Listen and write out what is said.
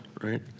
right